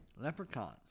leprechauns